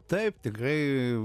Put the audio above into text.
taip tikrai